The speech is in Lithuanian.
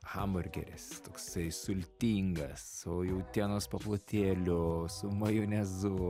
hamburgeris toksai sultingas jautienos paplotėliu su majonezu